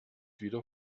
wieder